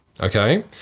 Okay